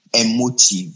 emotive